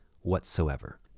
whatsoever